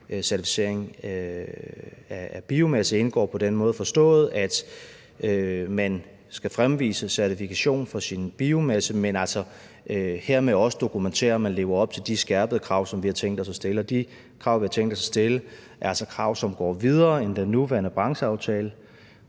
certificering af biomasse indgår, forstået på den måde, at man skal fremvise certifikation for sin biomasse, men altså hermed også dokumentere, at man lever op til de skærpede krav, som vi har tænkt os at stille. Og de krav, vi har tænkt os at stille, er altså krav, som går videre end den nuværende brancheaftale.